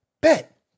Bet